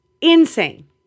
insane